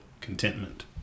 contentment